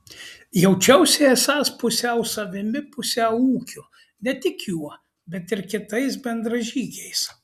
jaučiausi esąs pusiau savimi pusiau ūkiu ne tik juo bet ir kitais bendražygiais